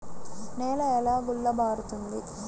నేల ఎలా గుల్లబారుతుంది?